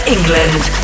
England